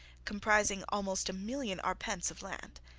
comprising almost a million arpents of land.